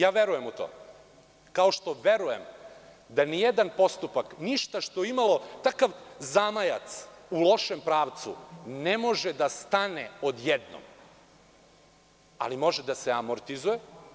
Ja verujem u to, kao što verujem da nijedan postupak, ništa što je imalo takav zamajac u lošem pravcu, ne može da stane odjednom, ali može da se amortizuje.